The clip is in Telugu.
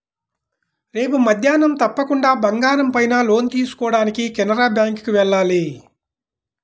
రేపు మద్దేన్నం తప్పకుండా బంగారం పైన లోన్ తీసుకోడానికి కెనరా బ్యేంకుకి వెళ్ళాలి